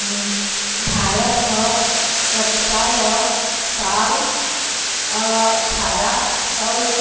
भारत ह कपसा ल साल अठारा सव ले